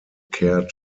care